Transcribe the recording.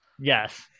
yes